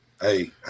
Hey